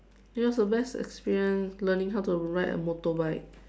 it was the best experience learning how to ride a motorbike